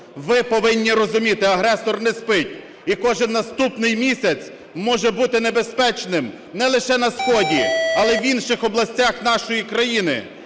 Ви повинні розуміти, агресор не спить і кожен наступний місяць може бути небезпечним не лише на сході, але в інших областях нашої країни.